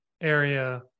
area